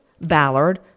ballard